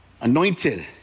anointed